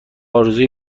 آرزوی